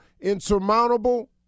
insurmountable